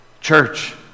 Church